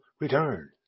return